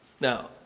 Now